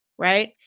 right?